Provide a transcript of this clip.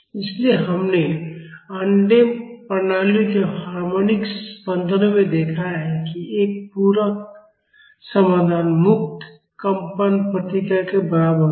इसलिए हमने अनडैम्पड प्रणालियों के हार्मोनिक स्पंदनों में देखा है कि पूरक समाधान मुक्त कंपन प्रतिक्रिया के बराबर होगा